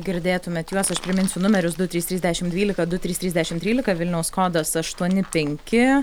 girdėtumėt juos aš priminsiu numerius du trys trys dešim dvylika du trys trys dešim trylika vilniaus kodas aštuoni penki